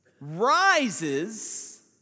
rises